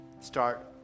Start